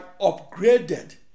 upgraded